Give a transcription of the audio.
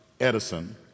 Edison